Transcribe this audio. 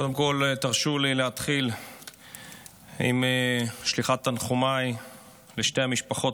קודם כול תרשו לי להתחיל בשליחת תנחומיי לשתי המשפחות,